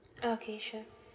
okay sure